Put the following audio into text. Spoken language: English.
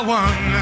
one